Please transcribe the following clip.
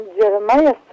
Jeremiah